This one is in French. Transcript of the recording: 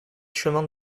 chemin